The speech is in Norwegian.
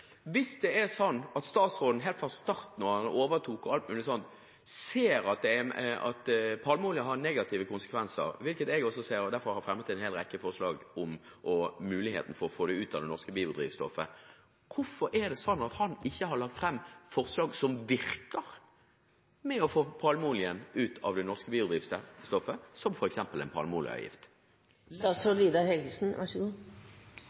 er sånn at statsråden helt fra starten av da han overtok osv., så at palmeolje har negative konsekvenser – hvilket jeg også ser, og derfor har fremmet en hel rekke forslag om muligheten for å få det ut av det norske biodrivstoffet – hvorfor har han ikke lagt fram forslag som virker med hensyn til å få palmeolje ut av det norske biodrivstoffet, som f.eks. en palmeoljeavgift?